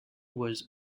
was